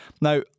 Now